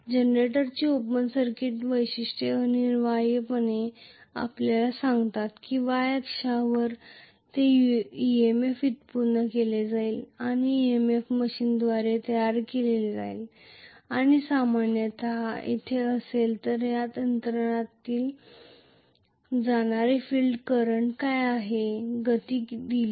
जनरेटरची open circuit वैशिष्ट्ये अनिवार्यपणे आपल्याला सांगतात Y अक्षावर ते EMF व्युत्पन्न केले जाईल एकूण EMF मशीनद्वारे तयार केले जाईल आणि सामान्यत येथे असेल तर आपण यंत्रातील जाणारे फिल्ड करंट दिलेल्या गतीस किती आहे